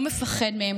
לא מפחד מהם,